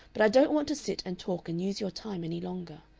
but i don't want to sit and talk and use your time any longer.